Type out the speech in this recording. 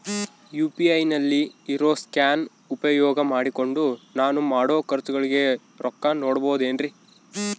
UPI ನಲ್ಲಿ ಇರೋ scan ಉಪಯೋಗ ಮಾಡಿಕೊಂಡು ನಾನು ಮಾಡೋ ಖರ್ಚುಗಳಿಗೆ ರೊಕ್ಕ ನೇಡಬಹುದೇನ್ರಿ?